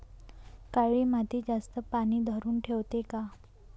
काळी माती जास्त पानी धरुन ठेवते का?